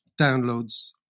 downloads